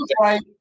right